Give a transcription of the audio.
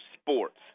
sports